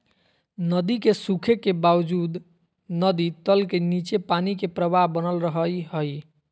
नदी के सूखे के बावजूद नदी तल के नीचे पानी के प्रवाह बनल रहइ हइ